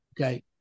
Okay